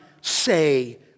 say